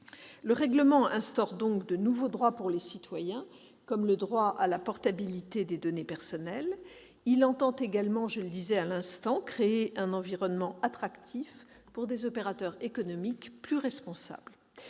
Le règlement instaure donc de nouveaux droits pour les citoyens, comme le droit à la portabilité des données personnelles. Il crée également un environnement attractif pour des opérateurs économiques plus responsables,